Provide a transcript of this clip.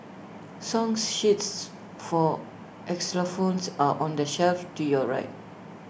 song sheets for xylophones are on the shelf to your right